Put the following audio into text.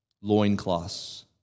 loincloths